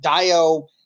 Dio